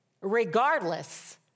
Regardless